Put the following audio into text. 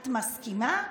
את מסכימה?